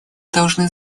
должны